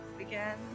again